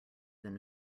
than